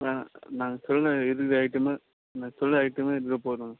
நாங்கள் நாங்கள் சொன்ன இதுவே ஐட்டமே நான் சொல்கிற ஐட்டமே இருந்தால் போதுங்க